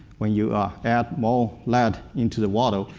when you add more lead into the water,